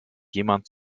jemand